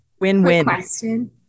Win-win